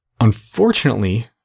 Unfortunately